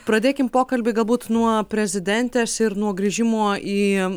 pradėkim pokalbį galbūt nuo prezidentės ir nuo grįžimo į